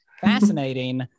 fascinating